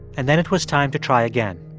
and then it was time to try again.